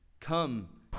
come